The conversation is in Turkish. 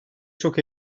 çok